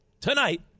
tonight